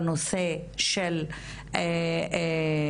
בנושא של נשים,